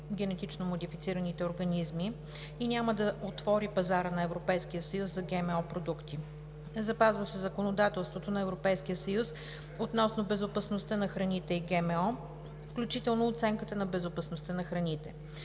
генетично модифицираните организми и няма да отвори пазара на Европейския съюз за ГМО продукти. Запазва се законодателството на Европейския съюз относно безопасността на храните и ГМО, включително оценката на безопасността на храните.